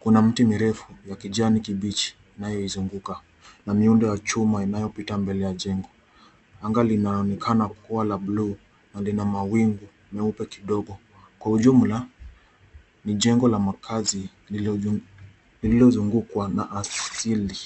Kuna mti mirefu ya kijani kibichi nayo izunguka na miundo ya chuma inayopita mbele ya jengo. Anga linaonekana kuwa la bluu na lina mawingu meupe kidogo. Kwa ujumla ni jengo la makazi lililozungukwa na asili.